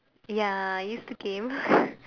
ya I used to game